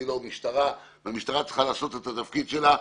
אני לא משטרה והמשטרה צריכה לעשות את התפקיד שלה,